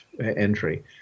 entry